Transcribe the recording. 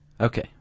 Okay